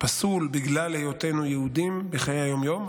פסול בגלל היותנו יהודים בחיי היום-יום.